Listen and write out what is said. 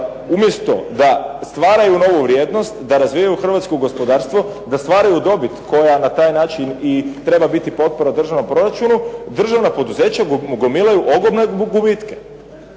umjesto da stvaraju novu vrijednost, da razvijaju hrvatsko gospodarstvo, da stvaraju dobit koja na taj način i treba biti potpora državnom proračunu državna poduzeća gomilaju ogromne gubitke